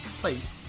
Please